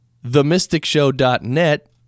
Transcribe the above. themysticshow.net